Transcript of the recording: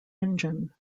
engine